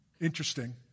Interesting